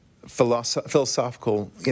Philosophical